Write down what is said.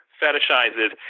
fetishizes